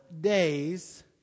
days